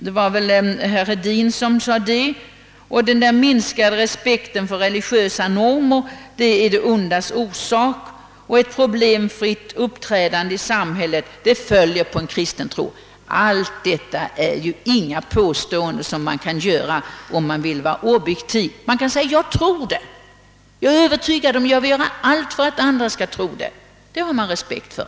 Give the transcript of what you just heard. Den minskade respekten för de religiösa normerna skulle — det var väl närmast herr Hedin som sade det — vara det ondas orsak, medan ett problemfritt uppträdande i samhället följer av en kristen tro. Allt detta är ju påståenden som man inte kan göra om man vill vara objektiv. Man kan säga: Jag tror så, jag är övertygad om det, och jag vill göra allt för att andra skall tro på samma sätt. Det har man respekt för.